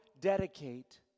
dedicate